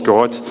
God